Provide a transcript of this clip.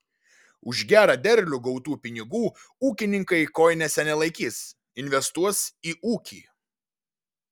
už gerą derlių gautų pinigų ūkininkai kojinėse nelaikys investuos į ūkį